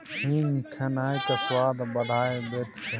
हींग खेनाइक स्वाद बढ़ाबैत छै